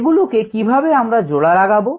এগুলোকে কিভাবে আমরা জোড়া লাগাবো